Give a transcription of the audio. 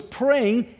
praying